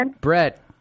Brett